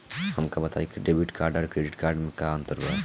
हमका बताई debit card और क्रेडिट कार्ड में का अंतर बा?